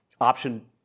option